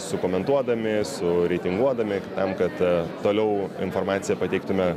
sukomentuodami sureitinguodami tam kad toliau informaciją pateiktume